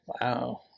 Wow